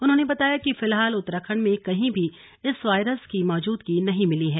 उन्होंने बताया कि फिलहाल उत्तराखंड में कहीं भी इस वायरस की मौजूदगी नहीं मिली है